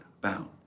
bound